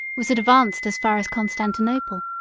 was advanced as far as constantinople.